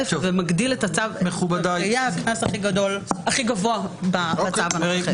ומגדיל את הקנס שיהיה הקנס הכי גבוה בצו הנוכחי.